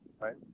right